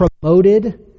promoted